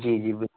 जी जी बिल